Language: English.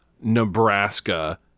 Nebraska